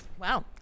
Wow